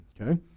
Okay